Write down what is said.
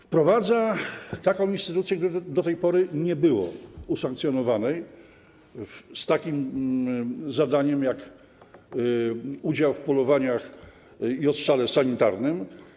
Wprowadza taką instytucję, jaka do tej pory nie była usankcjonowana, z takim zadaniem jak udział w polowaniach i odstrzale sanitarnym.